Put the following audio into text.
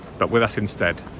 but with us instead